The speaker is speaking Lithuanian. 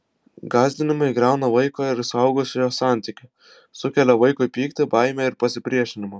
gąsdinimai griauna vaiko ir suaugusiojo santykį sukelia vaikui pyktį baimę ir pasipriešinimą